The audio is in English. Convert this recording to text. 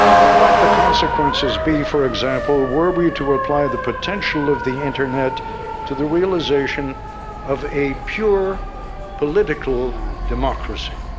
what might the consequences be, for example, were we to apply the potential of the internet to the realization of a pure political democracy?